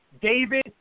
David